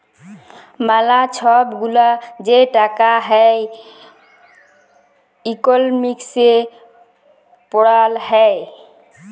ম্যালা ছব গুলা যে টাকা হ্যয় ইকলমিক্সে পড়াল হ্যয়